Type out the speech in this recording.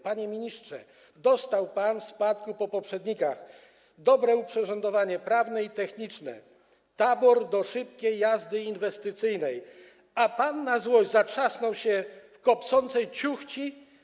Panie ministrze, dostał pan w spadku po poprzednikach dobre oprzyrządowanie prawne i techniczne, tabor do szybkiej jazdy inwestycyjnej, a pan na złość zatrzasnął się w kopcącej ciuchci?